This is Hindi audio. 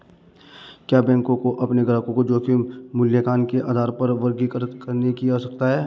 क्या बैंकों को अपने ग्राहकों को जोखिम मूल्यांकन के आधार पर वर्गीकृत करने की आवश्यकता है?